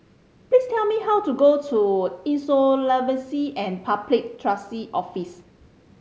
please tell me how to go to Insolvency and Public Trustee Office